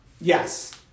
yes